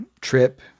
trip